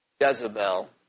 Jezebel